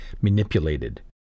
manipulated